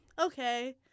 okay